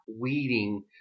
weeding